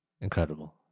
incredible